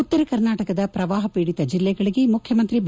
ಉತ್ತರ ಕರ್ನಾಟಕದ ಪ್ರವಾಹಪೀಡಿತ ಜಿಲ್ಲೆಗಳಿಗೆ ಮುಖ್ಯಮಂತ್ರಿ ಬಿ